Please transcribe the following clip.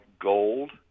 gold